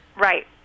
Right